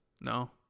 No